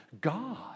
God